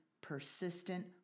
persistent